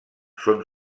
són